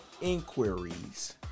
inquiries